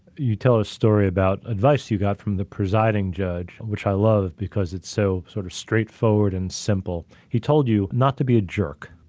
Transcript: you tell a story about advice you got from the presiding judge, which i love because it's so sort of straightforward and simple. he told you not to be a jerk.